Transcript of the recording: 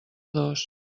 dos